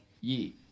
ye